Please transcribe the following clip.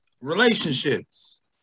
relationships